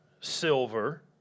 silver